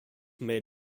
made